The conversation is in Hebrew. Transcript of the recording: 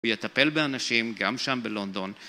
הוא יטפל באנשים גם שם בלונדון.